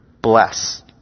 bless